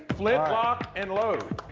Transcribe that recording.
flintlock and load.